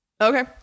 Okay